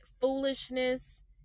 foolishness